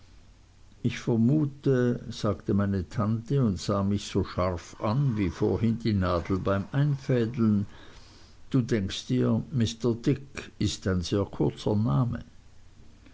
ich vermute sagte meine tante und sah mich so scharf an wie vorhin die nadel beim einfädeln du denkst dir mr dick ist ein sehr kurzer name